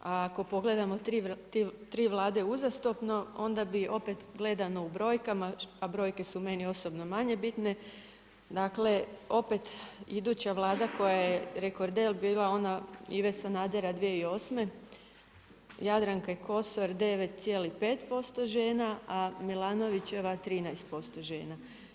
A ako pogledamo 3 Vlade uzastopno, onda bi opet gledano u brojkama, a brojke su meni osobno manje bitne, dakle, opet, iduća Vlada koja je rekorder bila ona Ive Sanadera 2008., Jadranke Kosor 9,5% žena, a Milanovićeva 13% žena.